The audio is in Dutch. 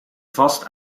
vast